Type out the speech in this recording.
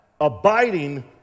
abiding